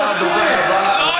אתה הדובר הבא.